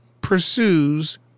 pursues